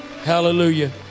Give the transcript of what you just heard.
hallelujah